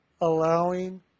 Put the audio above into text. allowing